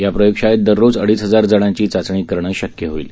या प्रयोगशाळेत दररोज अडीच हजार जणांची चाचणी करणं शक्य होईल